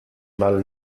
mal